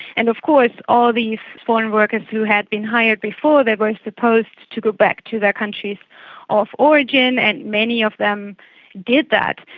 and of course all these foreign workers who had been hired before, they was supposed to go back to their countries of origin, and many of them did that.